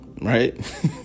right